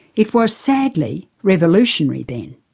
it was, sadly, revolutionary then.